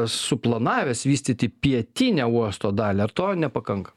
suplanavęs vystyti pietinę uosto dalį ar to nepakanka